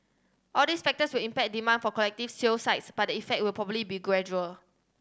all these factors will impact demand for collective sale sites but the effect will probably be gradual